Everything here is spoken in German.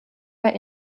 bei